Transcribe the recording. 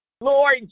Lord